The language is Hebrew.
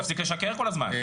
תפסיק לשקר כל הזמן,